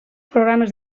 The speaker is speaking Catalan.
programes